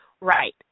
Right